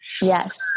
Yes